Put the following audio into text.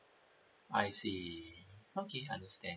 I see okay understand